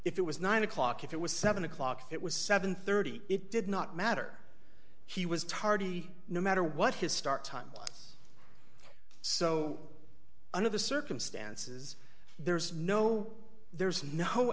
if it was nine o'clock if it was seven o'clock it was seven hundred and thirty it did not matter he was tardy no matter what his start time so under the circumstances there's no there's no